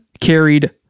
carried